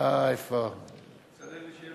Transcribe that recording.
ההצעה להעביר את הצעת חוק הביטוח הלאומי (תיקון מס' 7)